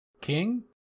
King